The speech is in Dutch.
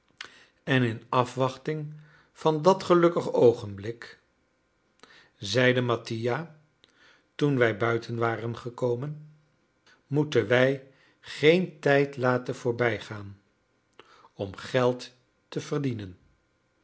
en in afwachting van dat gelukkig oogenblik zeide mattia toen wij buiten waren gekomen moeten wij geen tijd laten voorbijgaan om geld te verdienen